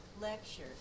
lecture